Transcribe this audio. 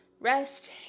rest